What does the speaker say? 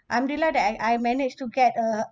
I'm delight that I I managed to get a